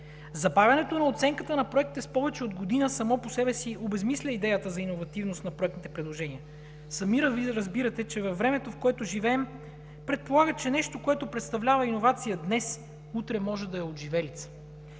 забавянето на оценката на проекта с повече от година обезсмисля идеята за иновативност на проектните предложения. Сами разбирате, че времето, в което живеем, предполага, че нещо, което представлява иновация днес, утре може да е отживелица.